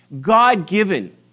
God-given